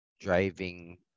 driving